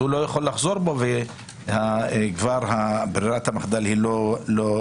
הוא לא יכול לחזור בו וברירת המחדל לא בידו.